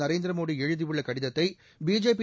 நரேந்திரமோடி எழுதியுள்ள கடிதத்தை பிஜேபி